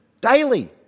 Daily